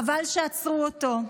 חבל שעצרו אותו,